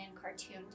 cartoon